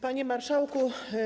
Panie Marszałku!